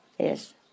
Yes